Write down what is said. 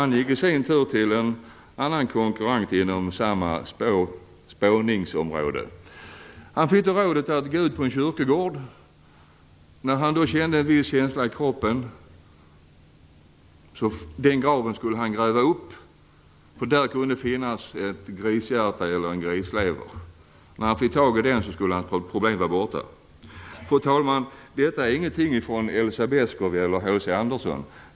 Han gick i sin tur till en konkurrent på spådomsområdet. Han fick då rådet att gå ut på en kyrkogård. När han kände en viss känsla i kroppen skulle han gräva upp den graven. Där kunde det finnas ett grishjärta eller en grislever. När han fick tag i dessa skulle hans problem vara borta. Fru talman! Detta är inte hämtat från Elsa Beskow eller H.C. Andersen.